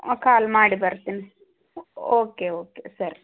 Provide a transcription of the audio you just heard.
ಕಾಲ್ ಮಾಡಿ ಬರುತ್ತೀನಿ okay okay ಸರಿ